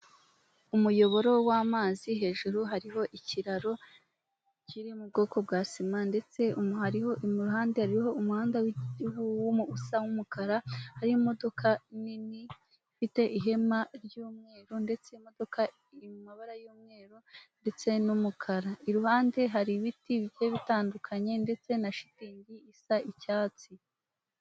Umuyoboro w'amazi hejuru hariho ikiraro kiri mu bwoko bwa sima ndetse umuhanda hariho iruhande hariho umuhanda w'umweru usa w'umukara harimodoka nini ifite ihema ry'umweru ndetse imodoka ifite amabara y'umweru ndetse n'umukara iruhande hari ibiti bike bitandukanye ndetse na shitingi isa icyatsi.